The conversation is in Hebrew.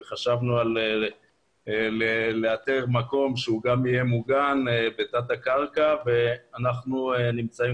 וחשבנו לאתר מקום שהוא גם יהיה מוגן בתת הקרקע ואנחנו נמצאים